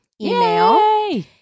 Email